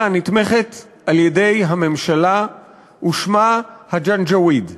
הנתמכת על-ידי הממשלה ששמה "ג'נג'וויד".